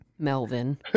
Melvin